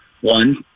one